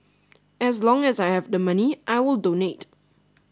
as long as I have the money I will donate